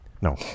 No